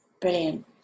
brilliant